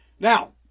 Now